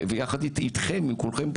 ויחד איתכם עם כולכם,